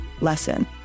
lesson